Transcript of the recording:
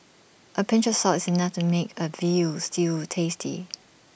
A pinch of salt is enough to make A Veal Stew tasty